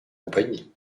compagnie